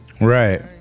Right